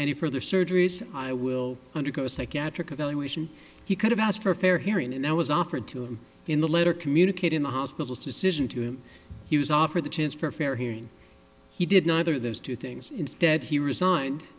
any further surgeries i will undergo psychiatric evaluation he could have asked for a fair hearing and i was offered to him in the letter communicate in the hospital's decision to him he was offered the chance for a fair hearing he did neither of those two things instead he resigned